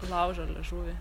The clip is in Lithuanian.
laužo liežuvį